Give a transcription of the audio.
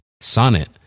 Sonnet